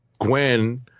Gwen